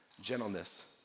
gentleness